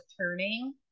turning